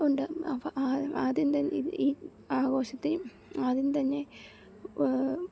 ഉണ്ട് അപ്പോള് ആദ്യം തന്നെ ഇത് ഈ ആഘോഷത്തിൽ ആരും തന്നെ